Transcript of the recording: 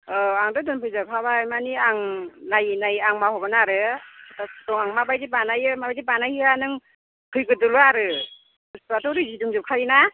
औ आंथ' दोनफैजोबखाबाय माने आं नायै नायै आं मावहोगोन आरो आं माबायदि बानायो माबायदि बानाया नों फैग्रोदोल' आरो बुस्थुफ्राथ' रेदि दंजोबखायो ना